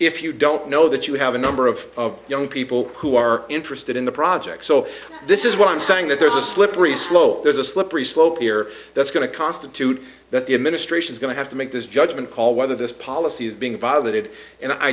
if you don't know that you have a number of young people who are interested in the project so this is what i'm saying that there's a slippery slope there's a slippery slope here that's going to constitute that the administration's going to have to make this judgement call whether this policy is being violated and i